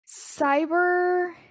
Cyber